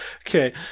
okay